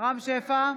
רם שפע,